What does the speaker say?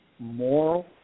Moral